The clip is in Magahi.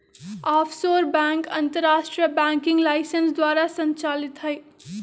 आफशोर बैंक अंतरराष्ट्रीय बैंकिंग लाइसेंस द्वारा संचालित हइ